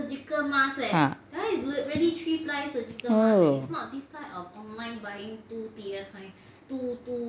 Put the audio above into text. !huh!